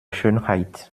schönheit